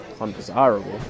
undesirable